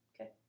Okay